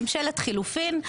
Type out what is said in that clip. ממשלת חילופין.